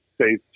say